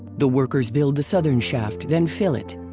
the workers build the southern shaft then fill it.